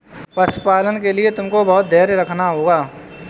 पशुपालन के लिए तुमको बहुत धैर्य रखना होगा